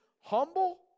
humble